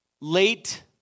late